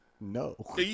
No